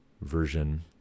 version